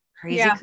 Crazy